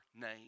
name